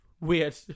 weird